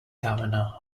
governor